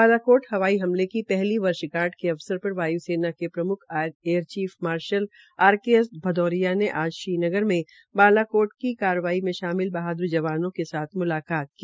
बालाकोट हवाई हमले की पहली वर्षगांठ के अवसार पर वायू सेना के प्रमुख air chief marshal R K S Bhadauria ने आज श्रीनगर में बालाकोट की कारवाई में शामिल बहादुर जवानों के साथ मुलाकात की